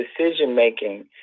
decision-making